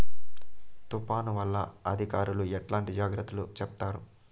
తుఫాను వల్ల అధికారులు ఎట్లాంటి జాగ్రత్తలు చెప్తారు?